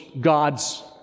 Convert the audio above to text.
gods